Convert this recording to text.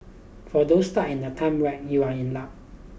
for those stuck in a time wrap you are in luck